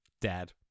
dad